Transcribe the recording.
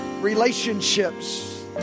relationships